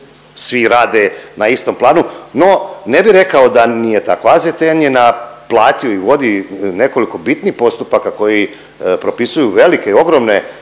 svi rade na istom planu, no ne bih rekao da nije tako. AZTN je naplatio i vodi nekoliko bitnih postupaka koji propisuju velike i ogromne